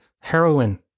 heroin